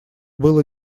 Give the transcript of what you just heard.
было